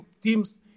teams